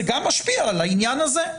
זה גם משפיע על העניין הזה,